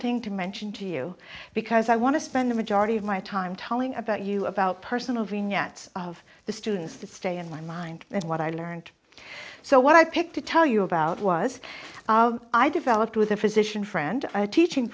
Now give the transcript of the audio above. thing to mention to you because i want to spend the majority of my time telling about you about personal vignettes of the students to stay in my mind and what i learned so what i picked to tell you about was i developed with a physician friend a teaching